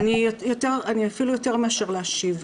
אפילו יותר מאשר להשיב.